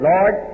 Lord